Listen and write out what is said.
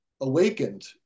awakened